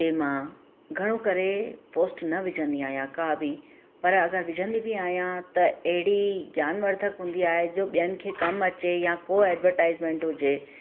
तंहिं मां घणो करे पोस्ट न विझंदी आहियां का बि पर अगरि विझंदी बि आहियां त अहिड़ी ज्ञान वर्धक हूंदी आहे जो ॿियनि खे कमु अचे या को एड्वर्टाइज़मेंट हुजे